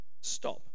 stop